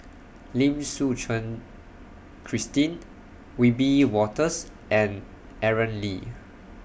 Lim Suchen Christine Wiebe Wolters and Aaron Lee